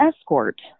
escort